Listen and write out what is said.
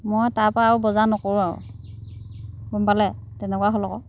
মই তাৰপৰা আৰু বজাৰ নকৰোঁ আৰু গম পালে তেনেকুৱা হ'ল আকৌ